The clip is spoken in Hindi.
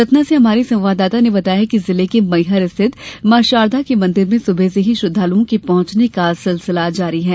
सतना से हमारे संवाददाता ने बताया है कि जिले के मैहर स्थित मॉ शारदा के मंदिर में सुबह से ही श्रद्धालुओं के पहॅचने का सिलसिला जारी है